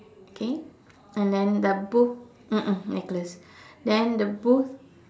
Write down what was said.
okay and then the booth mm mm necklace then the booth